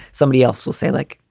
somebody else will say, like,